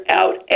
out